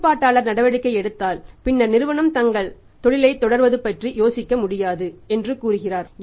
கட்டுப்பாட்டாளர் நடவடிக்கை எடுத்தால் பின்னர் நிறுவனம் தங்கள் தொழிலைத் தொடர்வது பற்றி யோசிக்க முடியாது என்று கூறுகிறார்